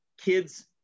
kids